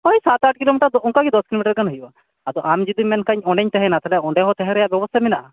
ᱦᱚᱭ ᱥᱟᱛ ᱟᱴ ᱠᱤᱞᱚᱢᱤᱴᱟᱨ ᱫᱚ ᱚᱱᱠᱟᱜᱮ ᱫᱚᱥ ᱠᱤᱞᱚᱢᱤᱴᱟᱨ ᱜᱟᱱ ᱦᱩᱭᱩᱜᱼᱟ ᱟᱫᱚ ᱟᱢ ᱡᱩᱫᱤ ᱢᱮᱱᱠᱷᱟᱡ ᱚᱸᱰᱮᱧ ᱛᱟᱦᱮᱱᱟ ᱛᱟᱦᱞᱮ ᱚᱸᱰᱮ ᱦᱚᱸ ᱛᱟᱦᱮᱸ ᱨᱮᱭᱟᱜ ᱵᱚᱵᱚᱥᱛᱷᱟ ᱢᱮᱱᱟᱜᱼᱟ